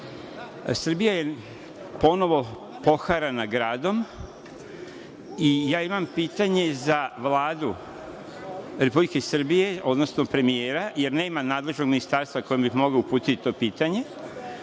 Srbija je ponovo poharana gradom i ja imam pitanje za Vladu Republike Srbije, odnosno premijera, jer nema nadležnog ministarstva koje bih mogao uputiti to pitanje,